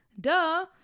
Duh